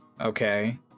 Okay